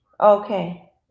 okay